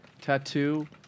Tattoo